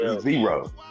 Zero